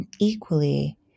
Equally